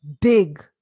big